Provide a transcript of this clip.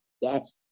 Yes